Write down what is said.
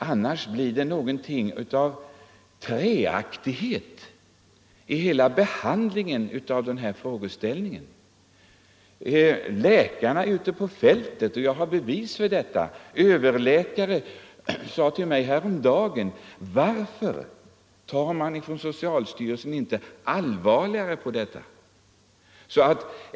Annars blir det någonting av träaktighet i hela behandlingen av frågeställningen. En överläkare sade till mig häromdagen: ”Varför tar socialstyrelsen inte allvarligare på detta?